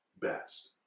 best